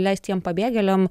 leisti jiem pabėgėliam